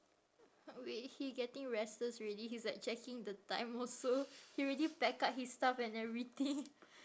wait he getting restless already he's like checking the time also he already pack up his stuff and everything